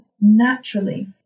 naturally